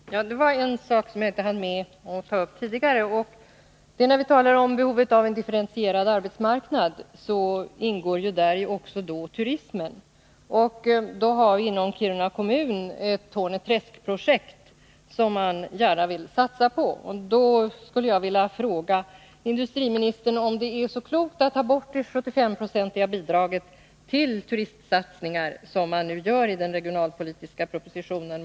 Herr talman! Det var en sak som jag inte hann med att ta upp tidigare. När vi talar om behovet av en differentierad arbetsmarknad ingår däri också turismen. Kiruna kommun har ett projekt rörande Torne träsk, som man gärna vill satsa på. Jag skulle vilja fråga industriministern om det då är så klokt att ta bort det 75-procentiga bidraget till turistsatsningar, som man föreslår i den regionalpolitiska propositionen.